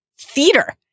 theater